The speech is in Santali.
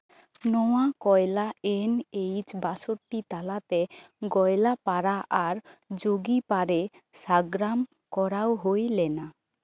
ᱱᱚᱣᱟ ᱠᱚᱭᱞᱟ ᱮᱢ ᱮᱭᱤᱪ ᱵᱟᱥᱳᱴᱴᱤ ᱛᱟᱞᱟᱛᱮ ᱜᱚᱭᱞᱟᱯᱟᱲᱟ ᱟᱨ ᱡᱳᱜᱤᱯᱟᱲᱮ ᱥᱟᱸᱜᱽᱲᱟᱢ ᱠᱚᱨᱟᱣ ᱦᱩᱭ ᱞᱮᱱᱟ